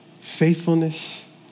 faithfulness